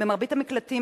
במרבית המקלטים,